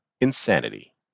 insanity